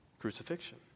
crucifixion